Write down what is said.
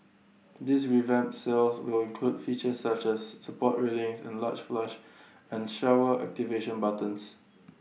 these revamped cells will include features such as support railings and large flush and shower activation buttons